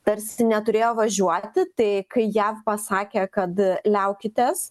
tarsi neturėjo važiuoti tai kai jav pasakė kad liaukitės